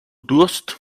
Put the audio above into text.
durst